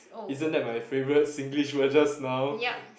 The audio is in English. isn't that my favourite Singlish word just now